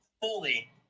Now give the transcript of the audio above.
fully